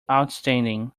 outstanding